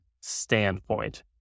standpoint